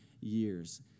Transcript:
years